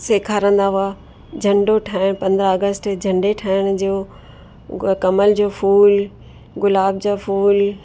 सेखारंदा हुआ झंडो ठाहिण पंद्रहं अगस्त ते झंडे ठाहिण जो कमल जो फूल गुलाब जा फूल